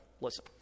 listen